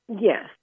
Yes